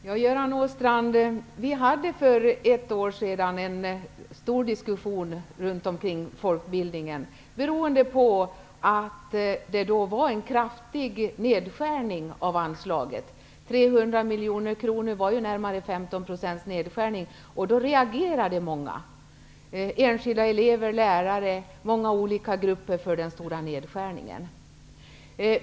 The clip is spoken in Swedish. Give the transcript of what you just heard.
Herr talman! För ett år sedan hade vi, Göran Åstrand, en omfattande diskussion om folkbildningen beroende på att anslaget då kraftigt skars ner. 300 miljoner kronor mindre betydde närmare 15 % nedskärning. Många elever, lärare och olika grupper reagerade på den stora nedskärningen.